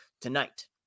tonight